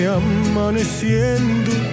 amaneciendo